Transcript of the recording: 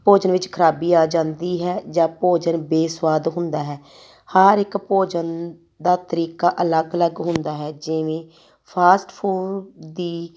ਭੋਜਨ ਵਿੱਚ ਖਰਾਬੀ ਆ ਜਾਂਦੀ ਹੈ ਜਾਂ ਭੋਜਨ ਬੇਸੁਆਦ ਹੁੰਦਾ ਹੈ ਹਰ ਇੱਕ ਭੋਜਨ ਦਾ ਤਰੀਕਾ ਅਲੱਗ ਅਲੱਗ ਹੁੰਦਾ ਹੈ ਜਿਵੇਂ ਫਾਸਟ ਫੂਡ ਦੀ